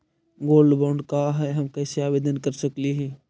Gold bond का है, हम कैसे आवेदन कर सकली ही?